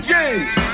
James